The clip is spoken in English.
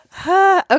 Okay